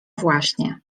właśnie